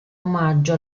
omaggio